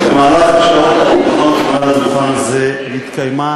במהלך השעות האחרונות התקיימה